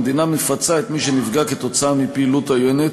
המדינה מפצה את מי שנפגע כתוצאה מפעילות עוינת